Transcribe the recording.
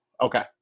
Okay